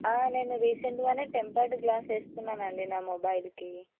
నేను రీసెంట్గానే tempered glass వేసుకున్నాను అండి నా మొబైల్కి